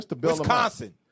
Wisconsin